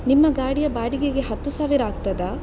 ನಿಮ್ಮ ಗಾಡಿಯ ಬಾಡಿಗೆಗೆ ಹತ್ತು ಸಾವಿರ ಆಗ್ತದಾ